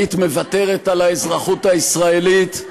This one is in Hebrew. היית מוותרת על האזרחות הישראלית,